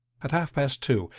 at half-past two.